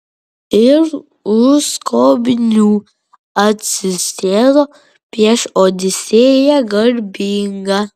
ir už skobnių atsisėdo prieš odisėją garbingą